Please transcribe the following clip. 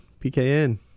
PKN